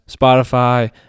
Spotify